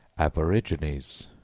aboriginies,